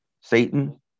Satan